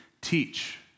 teach